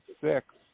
six